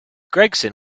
gregson